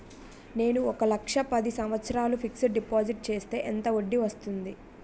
నేను ఒక లక్ష పది సంవత్సారాలు ఫిక్సడ్ డిపాజిట్ చేస్తే ఎంత వడ్డీ వస్తుంది?